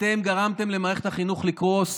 אתם גרמתם למערכת החינוך לקרוס,